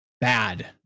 bad